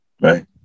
Right